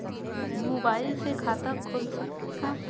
Mobile से खाता खुल सकथे का?